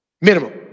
Minimum